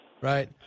Right